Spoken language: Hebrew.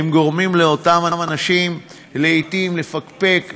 הם גורמים לאותם אנשים לעתים לפקפק,